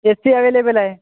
ए C available आहे